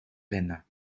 peine